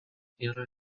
yra